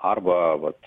arba vat